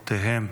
למשפחותיהם.